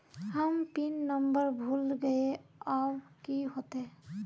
हम PIN number भूल गलिऐ अब की होते?